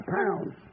pounds